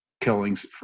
killings